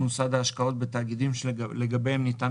מוסד ההשקעות בתאגידים שלגביהם ניתן